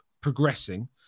progressing